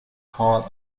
hall